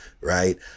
right